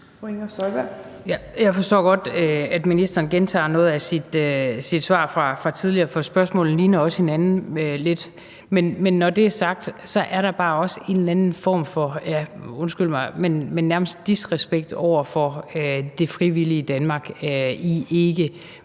Jeg forstår godt, at ministeren gentager noget af sit svar fra tidligere, for spørgsmålene ligner hinanden lidt. Men når det er sagt, er der bare også en eller anden form for – ja, undskyld mig – disrespekt over for det frivillige Danmark i ikke